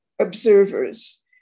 observers